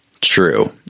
true